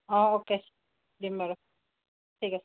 অঁ অকে দিম বাৰু ঠিক আছে